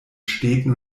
städten